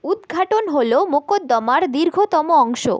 উদ্ঘাটন হলো মোকদ্দমার দীর্ঘতম অংশ